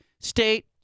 State